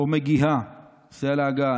"או מגיהה" עושה עליה הגהה,